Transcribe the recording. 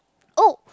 oh